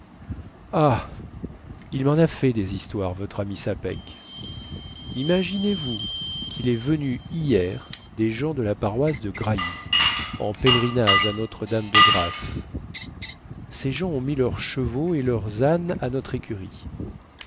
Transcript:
ah il men a fait des histoires votre ami sapeck imaginezvous quil est venu hier des gens de la paroisse de grailly en pèlerinage à notre dame de grâce ces gens ont mis leurs chevaux et leurs ânes à notre écurie